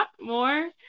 more